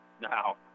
now